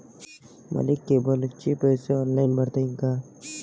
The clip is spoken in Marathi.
मले केबलचे पैसे ऑनलाईन भरता येईन का?